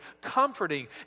comforting